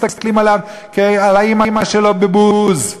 מסתכלים על האימא שלו בבוז,